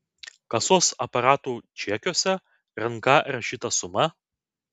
kasos aparatų čekiuose ranka rašyta suma